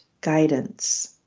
guidance